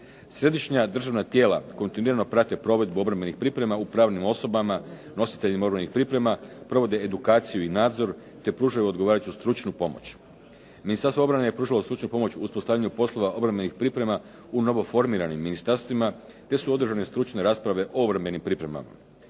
Središnja državna tijela kontinuirano prate provedbu obrambenih priprema u pravnim osobama nositeljima borbenih priprema, provode edukaciju i nadzor te pružaju odgovarajuću stručnu pomoć. Ministarstvo obrane je pružilo stručnu pomoć u uspostavljanju poslova obrambenih priprema u novoformiranim ministarstvima te su održane stručne rasprave o obrambenim pripremama.